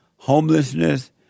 Homelessness